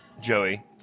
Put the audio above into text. Joey